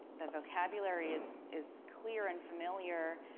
the vocabulary is is clear and familiar,